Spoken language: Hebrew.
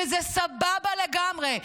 שזה סבבה לגמרי,